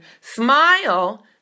smile